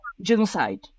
genocide